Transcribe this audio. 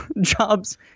jobs